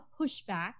pushback